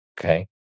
okay